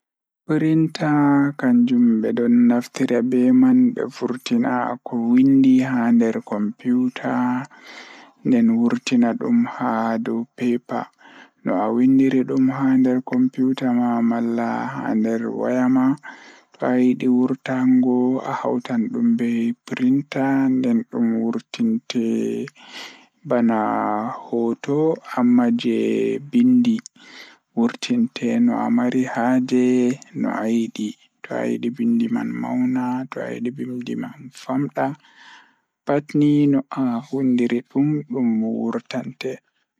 Ko nafaade e njiytaade laawol ngal e dow leddi. Nde eɓe daɓɓi, ngal fiya haala e tati, waɗi hikkinaa laawol ngal e dow leddi nder tawa. Ko miijo, ngal ñaɓi ɗum.